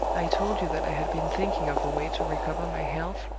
i told you that i had been thinking of a way to recover my health,